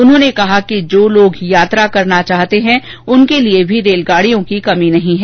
उन्होंने कहा कि जो लोग यात्रा करना चाहते हैं उनके लिए रेलगाडियों की कमी नहीं है